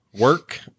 work